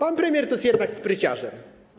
Pan premier jest jednak spryciarzem.